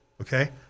okay